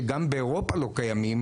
שגם באירופה לא קיימים,